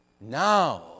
Now